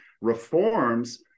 reforms